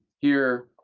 here,